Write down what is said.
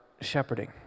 shepherding